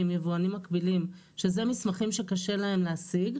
יבואנים מקבילים שאלה מסמכים שקשה להם להשיג,